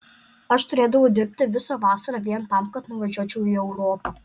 aš turėdavau dirbti visą vasarą vien tam kad nuvažiuočiau į europą